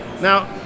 now